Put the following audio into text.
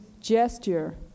gesture